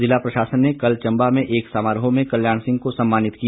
ज़िला प्रशासन ने कल चम्बा में एक समारोह में कल्याण सिंह को सम्मानित किया